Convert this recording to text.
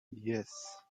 yes